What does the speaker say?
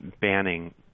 banning